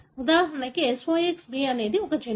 ఉదాహరణకు SOX B ఇది ఒక జన్యువు